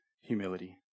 humility